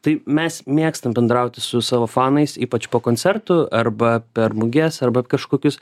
tai mes mėgstam bendrauti su savo fanais ypač po koncertų arba per muges arba kažkokius